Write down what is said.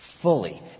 fully